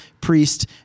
priest